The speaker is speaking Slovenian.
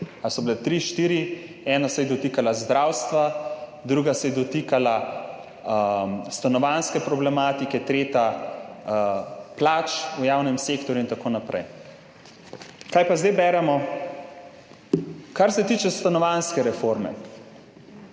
so bile tri, štiri, ena se je dotikala zdravstva, druga se je dotikala stanovanjske problematike, tretja plač v javnem sektorju in tako naprej. Kaj pa zdaj beremo? Kar se tiče stanovanjske reforme,